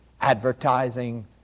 advertising